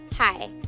Hi